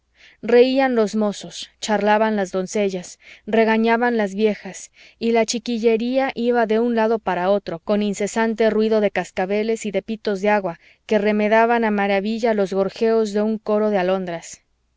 reían los mozos charlaban las doncellas regañaban las viejas y la chiquillería iba de un lado para otro con incesante ruido de cascabeles y de pitos de agua que remedaban a maravilla los gorjeos de un coro de alondras